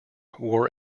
wore